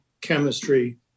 chemistry